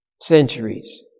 centuries